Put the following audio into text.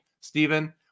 Stephen